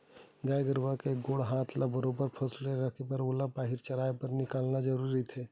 गाय गरुवा के गोड़ हात ल बरोबर पसुल रखे बर ओला बाहिर चराए बर निकालना जरुरीच रहिथे